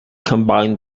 combined